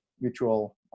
mutual